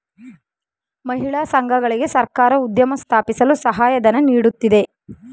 ಮಹಿಳಾ ಸಂಘಗಳಿಗೆ ಸರ್ಕಾರ ಉದ್ಯಮ ಸ್ಥಾಪಿಸಲು ಸಹಾಯಧನ ನೀಡುತ್ತಿದೆ